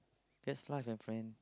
that's such a friends